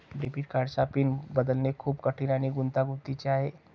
debit कार्डचा PIN बदलणे खूप कठीण आणि गुंतागुंतीचे आहे